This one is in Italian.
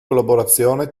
collaborazione